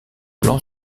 plan